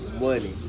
money